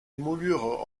moulures